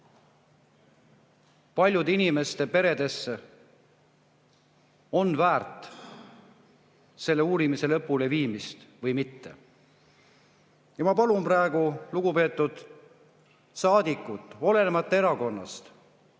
paljude inimeste peredesse, on väärt selle uurimise lõpuleviimist või mitte. Ja ma palun praegu, lugupeetud saadikud, olenemata erakonnast,